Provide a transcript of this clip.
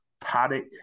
paddock